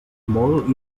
molt